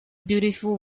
beautiful